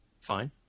Fine